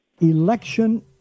election